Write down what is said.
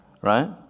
Right